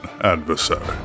adversary